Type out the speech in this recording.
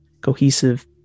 cohesive